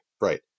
Right